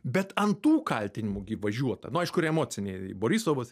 bet ant tų kaltinimų gi važiuota nu aišku emociniai borisovas